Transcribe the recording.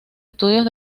estudios